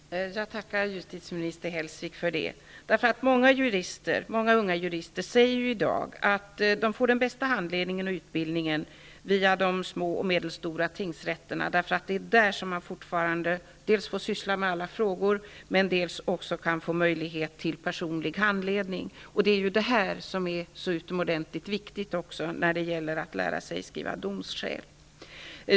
Herr talman! Jag tackar justitieminister Hellsvik för det. Många unga jurister säger i dag att de får den bästa handledningen och utbildningen via de små och medelstora tingsrätterna. Det är där som man fortfarande dels kan få syssla med alla frågor, dels också kan få möjlighet till personlig handledning. Det är utomordentligt viktigt också när det gäller att lära sig skriva domskäl.